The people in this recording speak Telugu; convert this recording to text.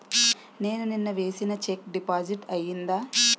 నేను నిన్న వేసిన చెక్ డిపాజిట్ అయిందా?